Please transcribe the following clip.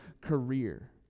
career